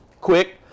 quick